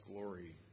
glory